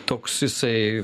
toks jisai